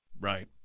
Right